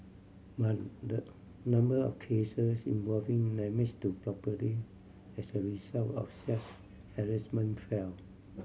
but the number of cases involving damage to property as a result of such harassment fell